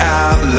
out